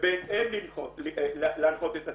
ובהתאם להנחות את הצוותים.